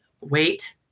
Wait